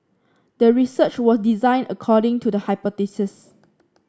the research was designed according to the hypothesis